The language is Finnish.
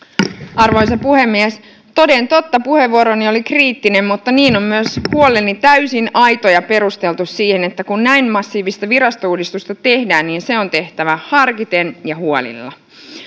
arvoisa puhemies toden totta puheenvuoroni oli kriittinen mutta niin on myös huoleni täysin aito ja perusteltu siihen että kun näin massiivista virastouudistusta tehdään niin se on tehtävä harkiten ja huolella